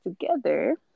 together